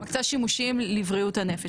מקצה שימושים לבריאות הנפש.